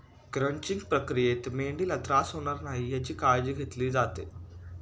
crunching प्रक्रियेत मेंढीला त्रास होणार नाही याची काळजी घेतली जाते